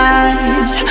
eyes